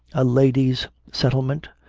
a ladies settlement,